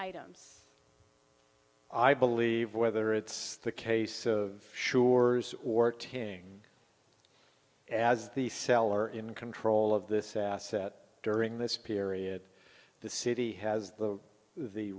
items i believe whether it's the case of sure or tearing as the seller in control of this asset during this period the city has the the